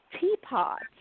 Teapot